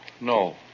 No